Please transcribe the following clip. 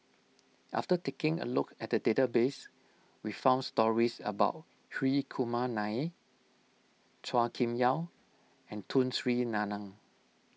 after taking a look at the database we found stories about Hri Kumar Nair Chua Kim Yeow and Tun Sri Lanang